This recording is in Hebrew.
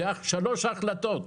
אלו שלוש החלטות.